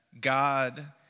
God